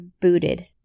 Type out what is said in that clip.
booted